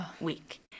week